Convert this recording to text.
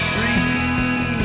Free